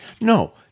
no